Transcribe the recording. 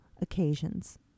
occasions